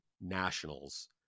Nationals